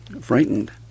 frightened